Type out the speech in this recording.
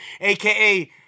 aka